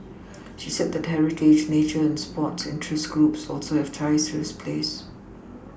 she said that heritage nature and sports interest groups also have ties to the place